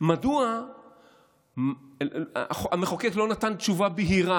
מדוע המחוקק לא נתן תשובה בהירה.